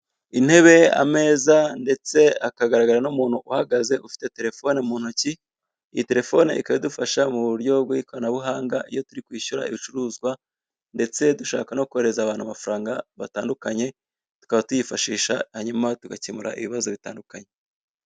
Intebe, ameza ndetse hakagaragara n'umuntu uhagaze ufite terefone mu ntoki. Iyi terefone ikaba idufasha mu buryo bw'ikoranabuhanga iyo turi kwishyura ibicuruzwa ndetse dushaka no kohereza abantu amafaranga batandukanye, tukaba tuyifashisha hanyuma tugakemura ibibazo bitandukanye.